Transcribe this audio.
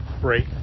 break